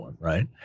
Right